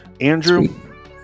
andrew